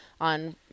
on